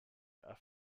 are